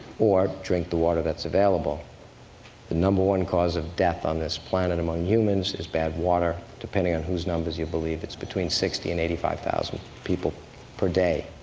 or drink the water that's available. the number one cause of death on this planet among humans is bad water. depending on whose numbers you believe, it's between sixty and eighty five thousand people per day.